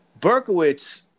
Berkowitz